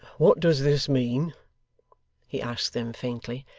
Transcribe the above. what does this mean he asked them faintly.